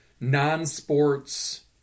non-sports